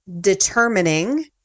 determining